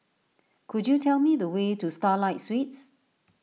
could you tell me the way to Starlight Suites